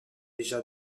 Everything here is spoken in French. déjà